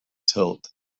helped